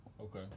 Okay